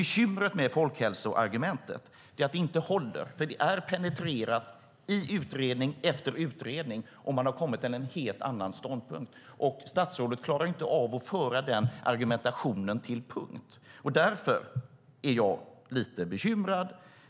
Bekymret med folkhälsoargumentet är att det inte håller. Det är penetrerat i utredning efter utredning, och man har kommit fram till en helt annan ståndpunkt. Statsrådet klarar inte av att föra den argumentationen till punkt. Därför är jag lite bekymrad.